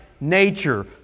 nature